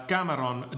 Cameron